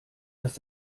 dass